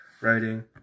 writing